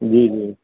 जी जी